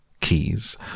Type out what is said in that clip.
keys